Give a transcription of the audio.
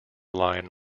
line